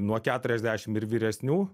nuo keturiasdešim ir vyresnių